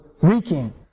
wreaking